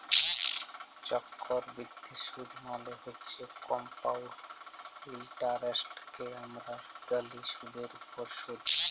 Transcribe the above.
চক্করবিদ্ধি সুদ মালে হছে কমপাউল্ড ইলটারেস্টকে আমরা ব্যলি সুদের উপরে সুদ